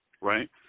right